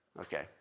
Okay